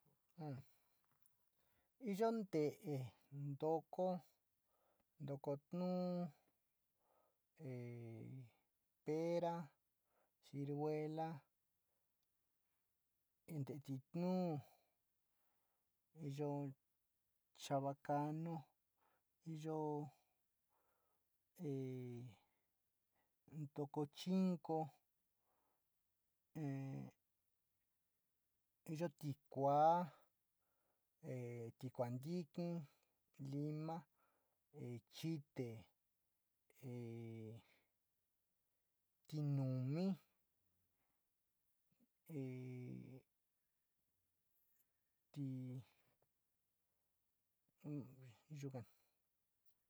Iyo nte´e ntoko, ntoko tuu, pera, ciruela tee titu, yochaba canu, iyo ntoko chingo, iyo tikua, tikua ntiki, lima, chite e tinumi ti yukani.